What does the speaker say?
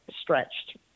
stretched